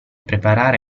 preparare